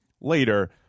later